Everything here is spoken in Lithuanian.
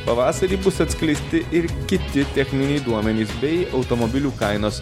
pavasarį bus atskleisti ir kiti techniniai duomenys bei automobilių kainos